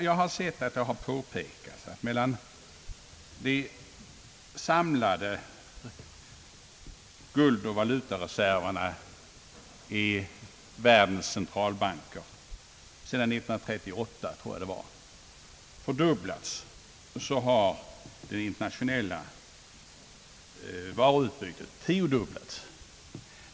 Det har påpekats att, medan de samlade guldoch valutareserverna i världens centralbanker fördubblats — sedan 1938, tror jag att det var — så har det internationella varuutbytet tiodubblats.